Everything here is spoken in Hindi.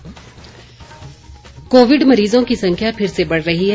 कोविड संदेश कोविड मरीजों की संख्या फिर से बढ़ रही है